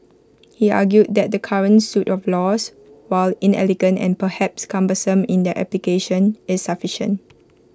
he argued that the current suit of laws while inelegant and perhaps cumbersome in their application is sufficient